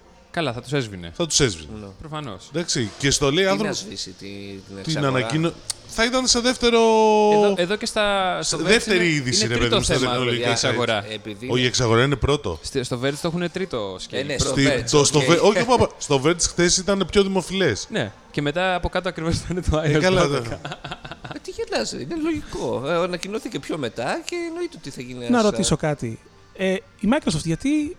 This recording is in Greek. Καλά, θα τους έσβηνε. Θα τους έσβηνε. Προφανώς. Εντάξει, και στο λέει, άνθρωπο- Τι να σβήσει, τη- την Την εξαγορά. ανακοίνω- Θα ήταν σε δεύτερο- Εδώ- εδώ και στα- στο σε Verge δεύτερη είναι- είδηση, είναι ρε τρίτο παιδί μου, στα θέμα, τεχνολογικά βέβαια, η site. εξαγορά. Ο, Επειδή η είναι- εξαγορά είναι πρώτο. Στε- στο Verge το έχουνε τρίτο Ε, σκέλι. ναι, στο Στη- Verge, το- στο ωκεί. Verge- όχι, όπα, όπα, στο Verge χθες ήταν πιο δημοφιλές. Ναι, και μετά από κάτω ακριβώς ήταν το Ε, Iron καλά, Man. τα- Ε, τι γελάς, ε, είναι λογικό. Ε, ανακοινώθηκε πιο μετά και εννοείται ότι θα γίνει Να ένας, ρωτήσω ε, κάτι. Ε, η Microsoft, γιατί